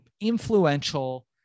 influential